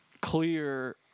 clear